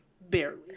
Barely